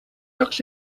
llocs